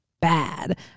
bad